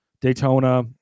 Daytona